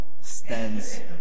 stands